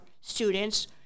students